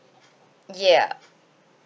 ya